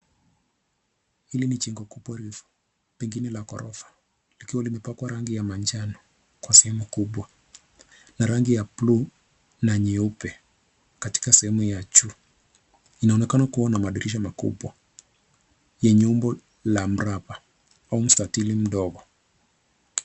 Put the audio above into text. Hili ni jengo kubwa refu ,pengine ya ghorofa likiwa limepakwa rangi ya manjano kwa sehemu kubwa na rangi ya bluu na nyeupe katika sehemu ya juu. Inaonekana kuwa na madirisha makubwa yenye umbo la mraba au mstatili mdogo.